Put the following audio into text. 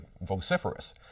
vociferous